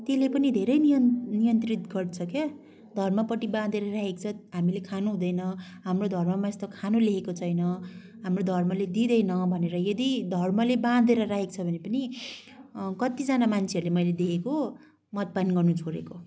त्यसले पनि धेरै नियन नियन्त्रित गर्छ क्या धर्मपट्टि बाँधेर राखेको छ हामीले खानुहुँदैन हाम्रो धर्ममा यस्तो खानु लेखेको छैन हाम्रो धर्मले दिँदैन भनेर यदि धर्मले बाँधेर राखेको छ भने पनि कतिजना मान्छेहरूले मैले देखेको मदपान गर्नु छोडेको